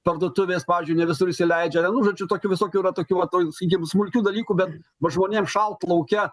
parduotuvės pavyzdžiui ne visur įsileidžia nu žodžiu tokių visokių yra tokių vat nu sakykim smulkių dalykų bet žmonėms šalt lauke